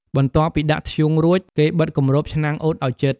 បន្ទាប់ពីដាក់ធ្យូងរួច គេបិទគម្របឆ្នាំងអ៊ុតឲ្យជិត។